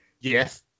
Yes